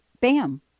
Bam